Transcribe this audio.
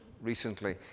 recently